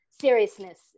seriousness